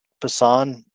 Passan